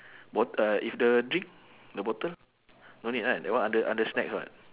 bott~ uh if the drink the bottle no need right that one under under snacks [what]